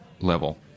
level